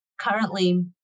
Currently